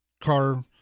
car